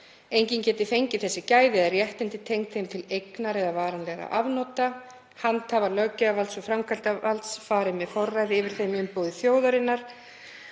Enginn getur fengið þessi gæði eða réttindi tengd þeim til eignar eða varanlegra afnota. Handhafar löggjafarvalds og framkvæmdarvalds fara með forræði yfir þeim í umboði þjóðarinnar.